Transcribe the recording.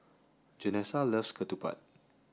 Janessa loves ketupat